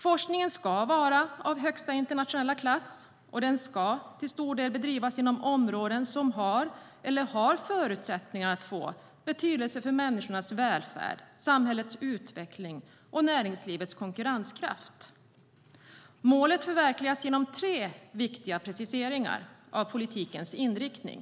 Forskningen ska vara av högsta internationella klass, och den ska till stor del bedrivas inom områden som har, eller har förutsättningar att få, betydelse för människors välfärd, samhällets utveckling och näringslivets konkurrenskraft. Målet förverkligas genom tre viktiga preciseringar av politikens inriktning.